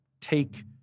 take